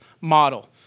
model